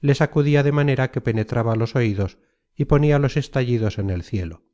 le sacudia de manera que penetraba los oidos y ponia los estallidos en el cielo